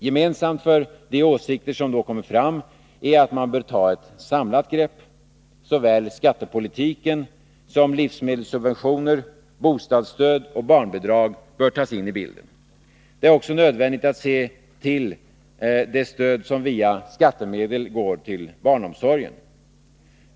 Gemensamt för de åsikter som då kommer fram är att man bör ta ett samlat grepp. Såväl skattepolitiken som livsmedelssubventioner, bostadsstöd och barnbidrag bör tas in i bilden. Det är också nödvändigt att se till det stöd som via skattemedel går till barnomsorgen.